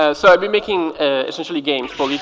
ah so i've been making essentially games